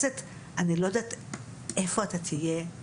לתת איזשהו מרווח נשימה שאי אפשר יהיה להעלות